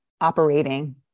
operating